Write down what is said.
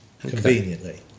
conveniently